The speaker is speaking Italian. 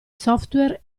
software